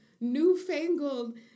newfangled